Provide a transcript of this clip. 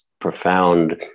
profound